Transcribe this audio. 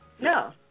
no